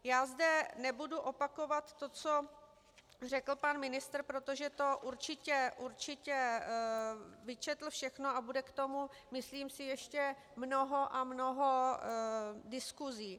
Já zde nebudu opakovat to, co řekl pan ministr, protože to určitě vyčetl všechno a bude k tomu, myslím si, ještě mnoho a mnoho diskusí.